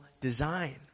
design